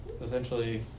essentially